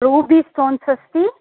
ruby stones अस्ति